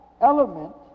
element